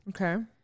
okay